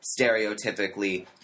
stereotypically